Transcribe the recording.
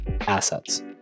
assets